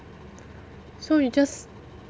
so we just